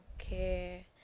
Okay